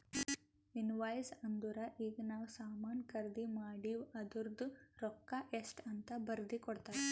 invoice ಅಂದುರ್ ಈಗ ನಾವ್ ಸಾಮಾನ್ ಖರ್ದಿ ಮಾಡಿವ್ ಅದೂರ್ದು ರೊಕ್ಕಾ ಎಷ್ಟ ಅಂತ್ ಬರ್ದಿ ಕೊಡ್ತಾರ್